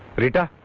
rita